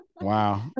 Wow